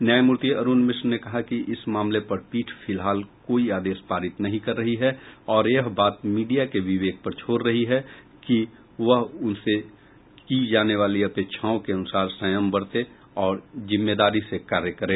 न्यायमूर्ति मिश्र ने कहा कि इस मामले पर पीठ फिलहाल कोई आदेश पारित नहीं कर रही है और यह बात मीडिया के विवेक पर छोड़ रही है कि वह उनसे की जाने वाली अपेक्षाओं के अनुसार संयम बरते और जिम्मेदारी से कार्य करे